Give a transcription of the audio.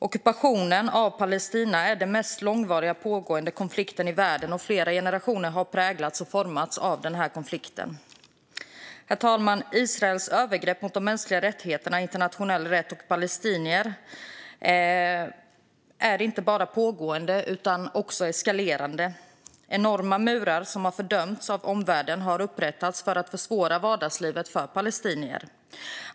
Ockupationen av Palestina är den mest långvariga konflikten i världen, och flera generationer har präglats och formats av den. Herr talman! Israels övergrepp mot mänskliga rättigheter, internationell rätt och palestinier är inte bara pågående utan också eskalerande. Enorma murar som har fördömts av omvärlden har upprättats för att försvåra vardagslivet för palestinier.